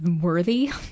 worthy